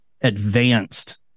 advanced